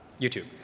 YouTube